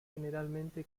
generalmente